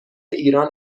ایران